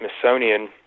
Smithsonian